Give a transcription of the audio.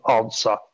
answer